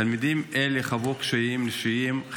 תלמידים אלה חוו קשיים אישיים,